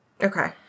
Okay